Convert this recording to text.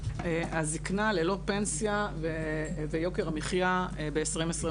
הזקנה ללא פנסיה ויוקר המחיה ב-2023.